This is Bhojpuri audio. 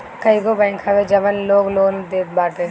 कईगो बैंक हवे जवन लोन लोग के देत बाटे